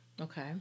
Okay